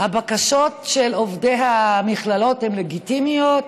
שהבקשות של עובדי המכללות הן לגיטימיות,